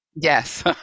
Yes